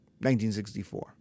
1964